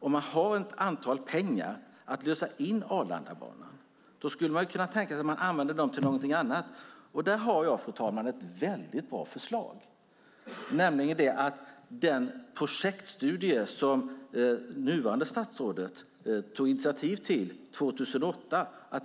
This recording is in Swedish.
Kan man kanske använda den summa pengar man har för att lösa in Arlandabanan till något annat? Där har jag, fru talman, ett bra förslag. Nuvarande statsrådet tog 2008 initiativ till en projektstudie